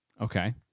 Okay